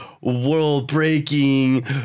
world-breaking